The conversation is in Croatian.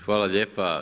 Hvala lijepa.